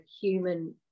human